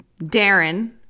Darren